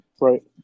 Right